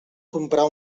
comprar